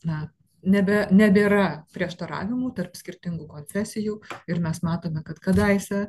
na nebe nebėra prieštaravimų tarp skirtingų konfesijų ir mes matome kad kadaise